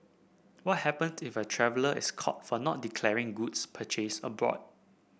what happen if a traveller is caught for not declaring goods purchased abroad